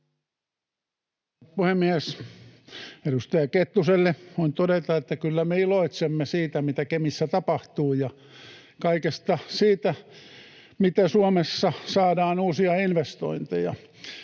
puhemies! Edustaja Kettuselle voin todeta, että kyllä me iloitsemme siitä, mitä Kemissä tapahtuu, ja kaikesta siitä, miten Suomessa saadaan uusia investointeja.